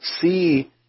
see